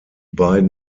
beiden